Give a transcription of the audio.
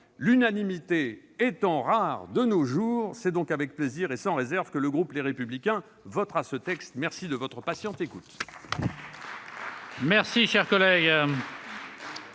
L'unanimité étant rare de nos jours, c'est donc avec plaisir et sans réserve que le groupe Les Républicains votera ce texte. Personne ne demande plus